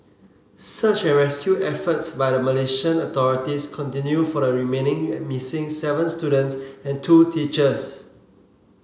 search and rescue efforts by the Malaysian authorities continue for the remaining missing seven students and two teachers